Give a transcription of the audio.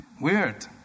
Weird